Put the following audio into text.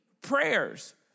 prayers